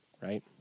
right